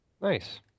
Nice